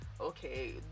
okay